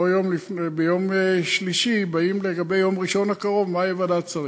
ולא ביום שלישי באים לגבי יום ראשון הקרוב: מה עם ועדת שרים?